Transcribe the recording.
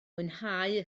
mwynhau